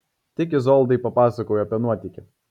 tik izoldai papasakojau apie nuotykį